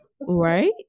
Right